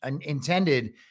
intended